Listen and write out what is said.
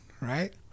right